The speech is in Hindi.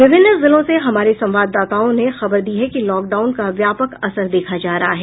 विभिन्न जिलों से हमारे संवाददाताओं ने खबर दी है कि लॉकडाउन का व्यापक असर देखा जा रहा है